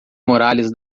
muralhas